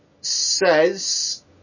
says